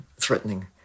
threatening